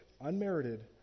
unmerited